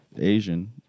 Asian